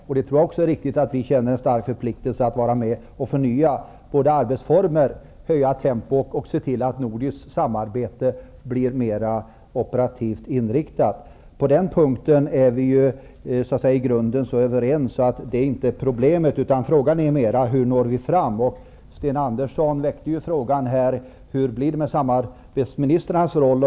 Jag tror att det är riktigt att vi känner en stark förpliktelse att vara med och förnya arbetsformer, höja tempot och se till att nordiskt samarbete blir mer operativt inriktat. På den punkten är vi ju så att säga i grunden överens att det inte är detta som är problemet. Det handlar mer om hur vi når fram. Sten Andersson väckte frågan om hur det blir med samarbetsministrarnas roll.